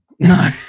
No